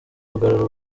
kugarura